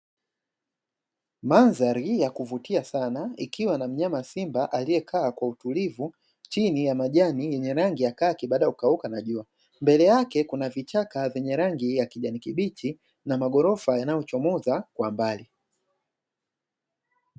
Mandhari ya kuvutia sana ikiwa na mnyama simba aliyekaa kwa utulivu chini ya majani yenye rangi ya kaki baada ya kukauka na jua, mbele yake kuna vichaka vyenye rangi ya kijani kibichi na magorofa yanayochomoza kwa mbali.